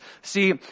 See